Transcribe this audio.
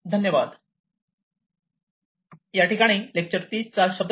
धन्यवाद